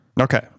Okay